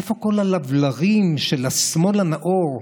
איפה כל הלבלרים של השמאל הנאור?